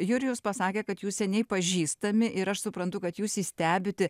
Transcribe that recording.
jurijus pasakė kad jūs seniai pažįstami ir aš suprantu kad jūs jį stebit